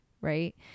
right